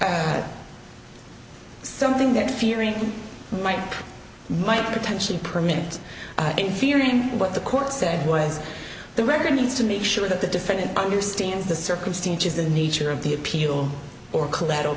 by something that fearing might might potentially permanent in fearing what the court said was the record needs to make sure that the defendant understands the circumstances the nature of the appeal or collateral